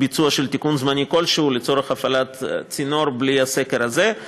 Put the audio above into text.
ביצוע של תיקון זמני כלשהו לצורך הפעלת צינור בלי הסקר הזה.